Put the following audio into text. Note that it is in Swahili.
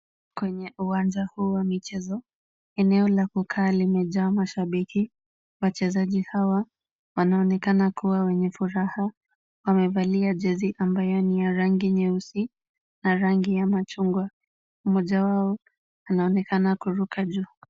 Kwenye uwanja huu wa michezo, eneo la kukaa limejaa mashabiki. Wachezaji hawa wanaonekana kuwa wenye furaha. Wamevalia jezi ambayo ni ya rangi nyeusi na rangi ya machungwa. Mmoja wao anaonekana kuruka juu.